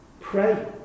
pray